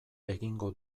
egingo